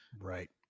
right